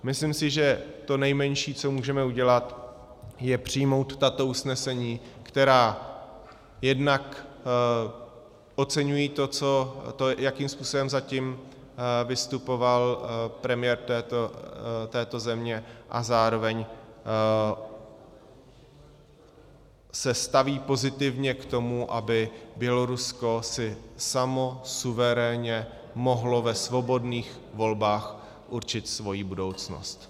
Myslím si, že to nejmenší, co můžeme udělat, je přijmout tato usnesení, která jednak oceňují to, jakým způsobem zatím vystupoval premiér této země, a zároveň se staví pozitivně k tomu, aby Bělorusko si samo suverénně mohlo ve svobodných volbách určit svoji budoucnost.